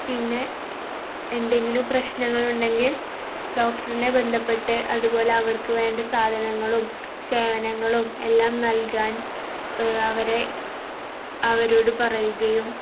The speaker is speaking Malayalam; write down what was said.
പിന്നെ എന്തെങ്കിലും പ്രശ്നങ്ങളുണ്ടെങ്കിൽ ഡോക്ടറിനെ ബന്ധപ്പെട്ട് അതുപോലെ അവർക്കു വേണ്ട സാധനങ്ങളും സേവനങ്ങളും എല്ലാം നൽകാൻ അവരെ അവരോടു പറയുകയും